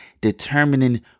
determining